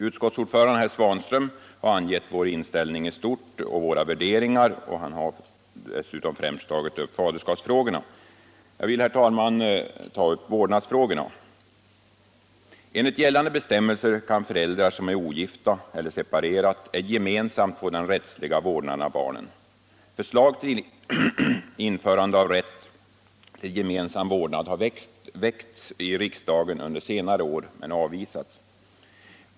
Utskottsordföranden herr Svanström har angett vår inställning i stort och våra värderingar, och han har dessutom främst tagit upp faderskapsfrågorna. Jag vill, herr talman, först ta upp vårdnadsfrågorna. Enligt gällande bestämmelser kan föräldrar som är ogifta eller separerat ej gemensamt få den rättsliga vårdnaden av barnen. Förslag till införande av rätt till gemensam vårdnad har väckts i riksdagen under senare år men avvisats.